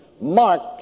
Mark